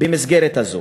במסגרת הזאת,